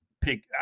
Pick